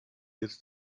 jetzt